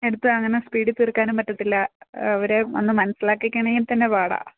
എടുത്ത് അങ്ങനെ സ്പീഡിൽ തീർക്കാനും പറ്റത്തില്ല അവരെ ഒന്ന് മനസിലാക്കിക്കണമെങ്കിൽ തന്നെ പാടാണ്